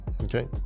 okay